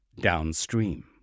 downstream